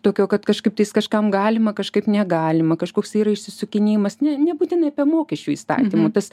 tokio kad kažkaip tais kažkam galima kažkaip negalima kažkoks yra išsisukinėjimas ne nebūtinai apie mokesčių įstatymų tas